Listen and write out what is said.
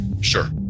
sure